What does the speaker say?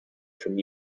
from